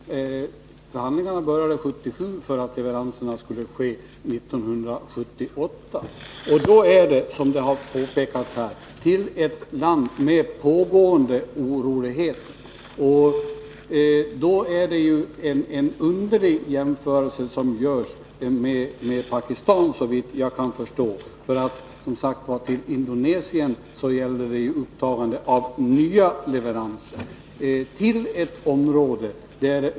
Förhandlingarna började 1977, och leveranserna skulle ske 1978 till ett land, som här har påpekats, med pågående oroligheter. Den jämförelse med Pakistan som görs är litet märklig. I fråga om Indonesien gäller det ju upptagande av nya leveranser.